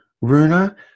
Runa